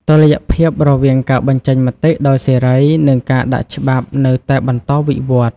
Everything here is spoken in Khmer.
តុល្យភាពរវាងការបញ្ចេញមតិដោយសេរី និងការដាក់ច្បាប់នៅតែបន្តវិវឌ្ឍ។